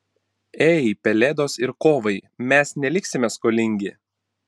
ei pelėdos ir kovai mes neliksime skolingi